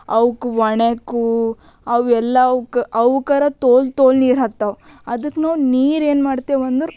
ಅವಕ್ಕೂ ಒಣೆಕ್ಕು ಅವು ಎಲ್ಲವೂ ಅವಕ್ಕಾರ ತೋಲ್ ತೋಲ್ ನೀರು ಹಾಕ್ತವೆ ಅದಕ್ಕ ನಾವು ನೀರು ಏನು ಮಾಡ್ತೇವೆ ಅಂದ್ರೆ